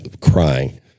crying